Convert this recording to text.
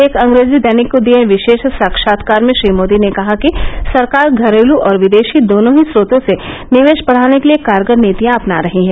एक अंग्रेजी दैनिंक को दिये विशेष साक्षात्कार में श्री मोदी ने कहा कि सरकार घरेल और विदेशी दोनों ही च्रोतों से निवेश बढाने के लिए कारगर नीतियां अपना रही है